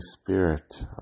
Spirit